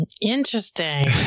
Interesting